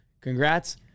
congrats